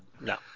No